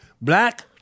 black